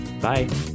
Bye